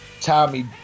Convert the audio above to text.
Tommy